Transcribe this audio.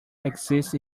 exist